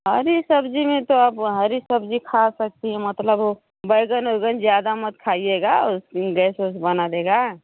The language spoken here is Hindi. हरी सब्जी में तो अब हरी सब्जी खा सकती हैं मतलब बैंगन वैगन ज़्यादा मत खाइयेगा उस दिन गैस वैस बना देगा